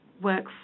work